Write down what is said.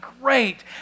great